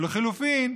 ולחלופין,